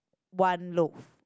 one loaf